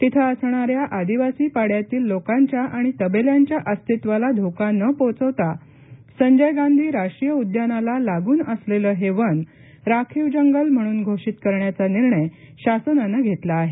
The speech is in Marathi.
तिथे असणाऱ्या आदिवासी पाङ्यातील लोकांच्या आणि तबेल्यांच्या अस्तित्वाला धोका न पोहोचवता संजय गांधी राष्ट्रीय उद्यानाला लागून असलेले हे वन राखीव जंगल म्हणून घोषित करण्याचा निर्णय शासनानं घेतला आहे